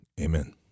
Amen